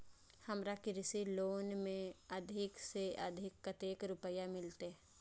हमरा कृषि लोन में अधिक से अधिक कतेक रुपया मिलते?